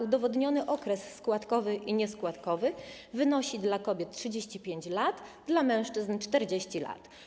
Udowodniony okres składkowy i nieskładkowy wynosiłby dla kobiet 35 lat, a dla mężczyzn 40 lat.